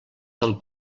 del